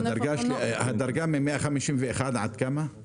הדרגה מ-151,000 היא עד כמה?